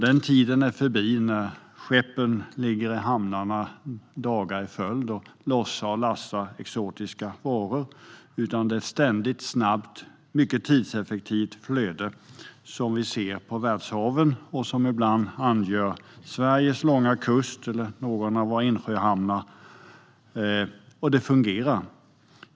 Den tiden är förbi när skeppen låg i hamnarna dagar i följd och lossade och lassade exotiska varor. Det är numera fråga om ett ständigt, snabbt och mycket tidseffektivt flöde på världshaven som ibland angör Sveriges långa kust eller några av våra insjöhamnar. Det fungerar.